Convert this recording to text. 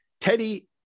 Teddy